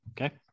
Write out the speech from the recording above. Okay